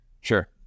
Sure